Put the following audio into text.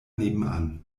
nebenan